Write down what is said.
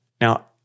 Now